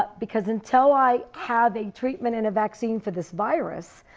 but because until i have a treatment and a vaccine for this virus,